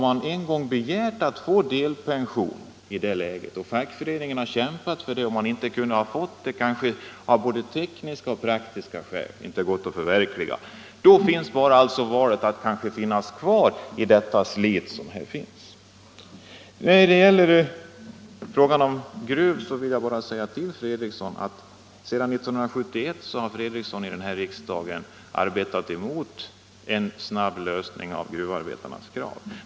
Man har begärt delpension och fackföreningen har kämpat för detta, men det har inte kunnat förverkligas, kanske av både tekniska och praktiska skäl. Då är det enda valet att stanna kvar i slitet. I fråga om Gruv vill jag bara påminna herr Fredriksson om att sedan 1971 har han här i riksdagen arbetat mot ett snabbt tillgodoseende av gruvarbetarnas krav.